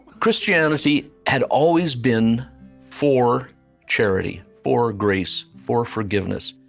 christianity had always been four charity, for grace, for forgiveness,